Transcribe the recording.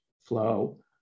flow